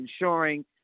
ensuring